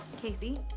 Casey